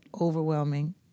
overwhelming